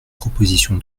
proposition